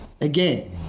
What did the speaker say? again